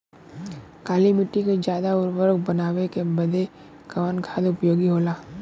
काली माटी के ज्यादा उर्वरक बनावे के बदे कवन खाद उपयोगी होला?